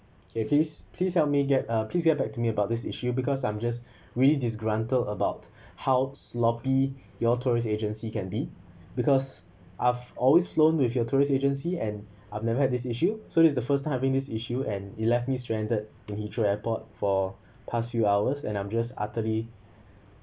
yes please please help me get a please get back to me about this issue because I'm just really disgruntled about how sloppy your tourist agency can be because I've always flown with your tourist agency and I've never had this issue so this is the first time having this issue and it left me stranded in heathrow airport for pass few hours and I'm just utterly